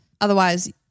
otherwise